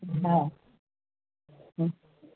हा हूं